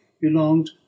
belonged